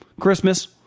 Christmas